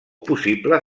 possible